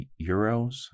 euros